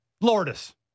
Lourdes